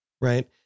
Right